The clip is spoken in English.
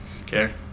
Okay